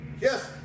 Yes